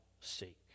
seek